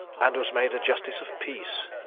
and was made a justice of peace.